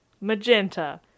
magenta